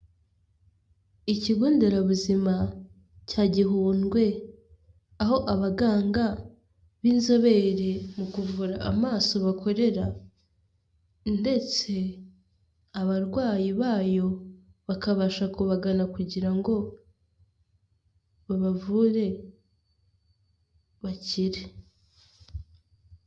Ikigo nderabuzima cya Gihundwe, aho abaganga b'inzobere mu kuvura amaso bakorera ndetse abarwayi bayo bakabasha kubagana kugira ngo babavure bakire.